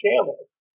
channels